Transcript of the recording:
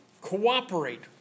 Cooperate